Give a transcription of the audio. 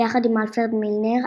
ביחד עם אלפרד מילנר,